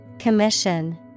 Commission